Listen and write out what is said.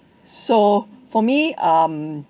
so for me um